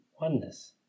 oneness